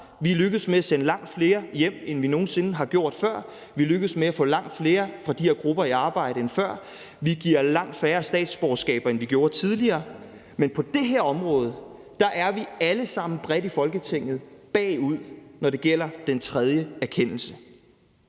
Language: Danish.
er lykkedes med at sende langt flere hjem, end vi nogen sinde før har gjort; vi er lykkedes med at få langt flere fra de her grupper i arbejde end før; vi giver langt færre statsborgerskaber, end vi gjorde tidligere. Men på det her område er vi alle sammen bredt i Folketinget bagud – når det gælder den tredje erkendelse.